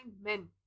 men